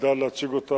נדע להציג אותם